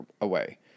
away